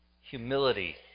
Humility